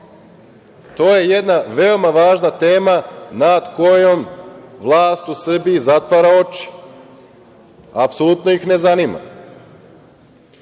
To je jedna veoma važna tema nad kojom vlast u Srbiji zatvara oči, apsolutno ih ne zanima. Da